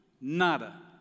Nada